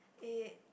it